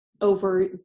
over